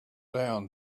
down